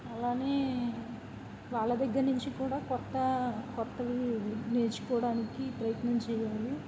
అలానే వాళ్ళ దగ్గర నుంచి కూడా కొత్త కొత్తవి నేర్చుకోవడానికి ప్రయత్నం చేయాలి